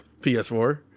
PS4